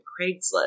Craigslist